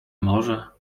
może